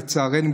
לצערנו,